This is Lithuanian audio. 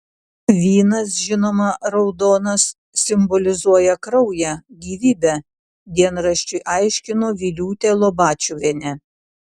vynas žinoma raudonas simbolizuoja kraują gyvybę dienraščiui aiškino viliūtė lobačiuvienė